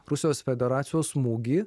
rusijos federacijos smūgį